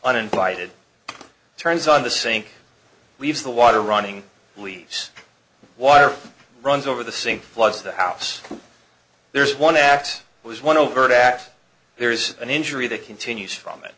uninvited turns on the sink leaves the water running leaves the water runs over the sink floods the house there's one act was one overt act there is an injury that continues from it